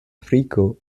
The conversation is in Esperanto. afriko